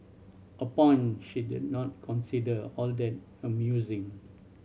a point she did not consider all that amusing